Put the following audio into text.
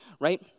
right